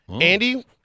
Andy